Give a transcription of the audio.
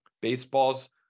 Baseball's